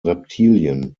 reptilien